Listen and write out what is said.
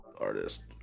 artist